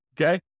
Okay